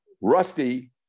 Rusty